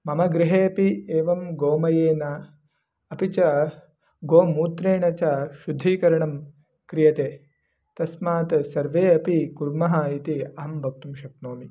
मम गृहेपि एवं गोमयेन अपि च गोमूत्रेण च शुद्धीकरणं क्रियते तस्मात् सर्वे अपि कुर्मः इति अहं वक्तुं शक्नोमि